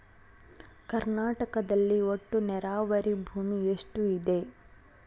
ಕರ್ನಾಟಕದಲ್ಲಿ ಒಟ್ಟು ನೇರಾವರಿ ಭೂಮಿ ಎಷ್ಟು ಇದೆ?